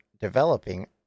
developing